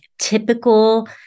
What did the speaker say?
typical